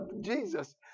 Jesus